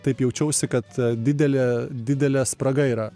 taip jaučiausi kad didelė didelė spraga yra